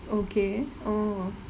okay oh !wow!